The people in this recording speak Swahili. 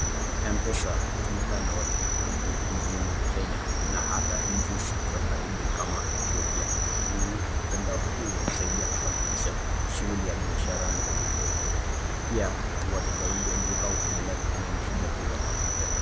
M-pesa hutumika na watu wengi nchini Kenya na hata nchi zilizo karibu kama Ethiopia. Mtandao huu husaidia kufanikisha shughuli ya biashara ndogo ndogo. Pia wateja wengi wa duka hupendelea kutumia mfumo huu wa malipo.